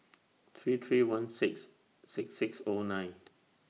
three three one six six six O nine